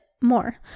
more